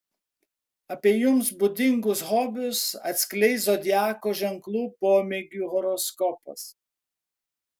apie jums būdingus hobius atskleis zodiako ženklų pomėgių horoskopas